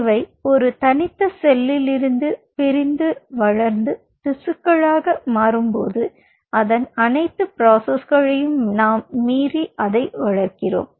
இவை ஒரு தனித்த செல்லில் இருந்து பிரிந்து வளர்ந்து திசுக்களாக மாறும் பொது அதன் அணைத்து ப்ரோஸ்ஸ்களையும் நாம் மீறி அதை வளர்க்கிறோம்